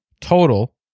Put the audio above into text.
total